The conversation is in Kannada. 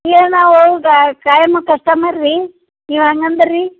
ಏಯ್ ನಾವು ಅವ್ಗ ಖಾಯಂ ಕಸ್ಟಮರ್ ರೀ ನೀವು ಹಂಗಂದು ರೀ